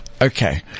okay